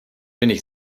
wenig